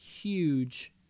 huge